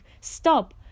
Stop